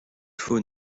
faut